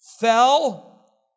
fell